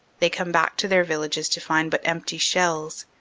they come back to their villages to find but empty shells,